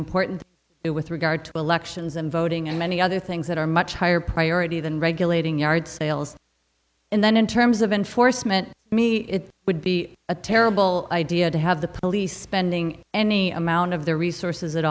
important it with regard to elections and voting and many other things that are much higher priority than regulating yard sales and then in terms of enforcement me it would be a terrible idea to have the police spending any amount of their resources at